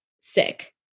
sick